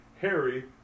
Harry